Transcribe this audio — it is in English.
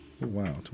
Wow